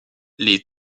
les